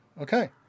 Okay